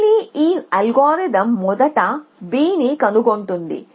మళ్ళీ ఈ అల్గోరిథం మొదట Bని కనుగొంటుంది